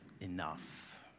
enough